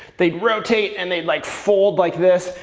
they rotate, and they like fold like this.